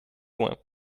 loin